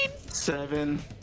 Seven